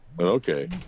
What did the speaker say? Okay